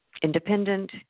independent